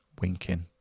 Winking